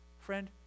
Friend